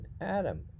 Adam